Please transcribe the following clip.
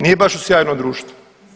Nije baš u sjajnom društvu.